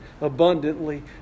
abundantly